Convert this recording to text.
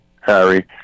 Harry